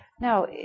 Now